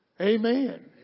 Amen